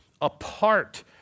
apart